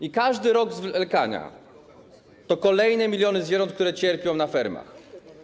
I każdy rok zwlekania to kolejne miliony zwierząt, które cierpią na fermach.